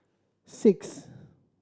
six